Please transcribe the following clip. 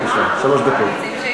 בבקשה, שלוש דקות.